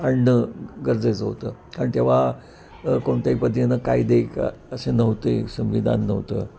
आणणं गरजेचं होतं कारण तेव्हा कोणत्याही पद्धतीनं कायदे काय असे नव्हते संविधान नव्हतं